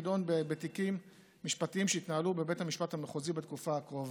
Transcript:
יידון בתיקים משפטיים שיתנהלו בבית המשפט המחוזי בתקופה הקרובה.